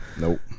Nope